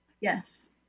Yes